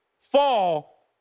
fall